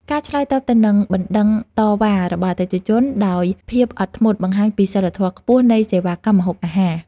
ការឆ្លើយតបទៅនឹងបណ្តឹងតវ៉ារបស់អតិថិជនដោយភាពអត់ធ្មត់បង្ហាញពីសីលធម៌ខ្ពស់នៃសេវាកម្មម្ហូបអាហារ។